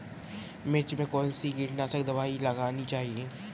मिर्च में कौन सी कीटनाशक दबाई लगानी चाहिए?